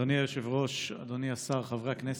אדוני היושב-ראש, אדוני השר, חברי הכנסת,